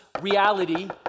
reality